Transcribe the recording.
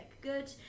Good